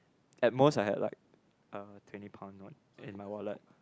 at most I had like uh twenty pound in my wallet